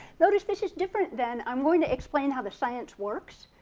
notice this is different than i'm going to explain how the science works,